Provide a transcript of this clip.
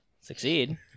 Succeed